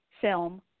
film